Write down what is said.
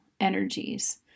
energies